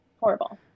horrible